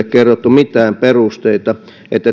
kerrottu mitään perusteita